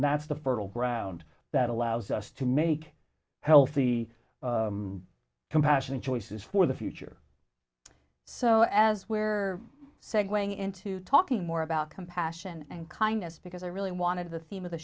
that's the fertile ground that allows us to make healthy compassionate choices for the future so as where segue into talking more about compassion and kindness because i really wanted the theme of the